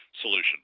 solution